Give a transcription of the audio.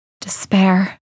despair